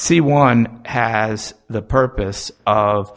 see one has the purpose of